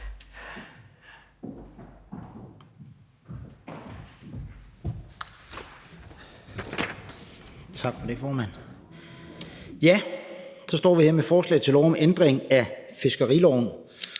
Tak for det, formand. Så står vi her med forslag til lov om ændring af fiskeriloven.